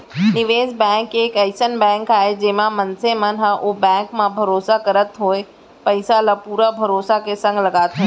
निवेस बेंक एक अइसन बेंक आय जेमा मनसे मन ह ओ बेंक म भरोसा करत होय पइसा ल पुरा भरोसा के संग लगाथे